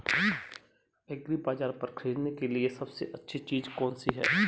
एग्रीबाज़ार पर खरीदने के लिए सबसे अच्छी चीज़ कौनसी है?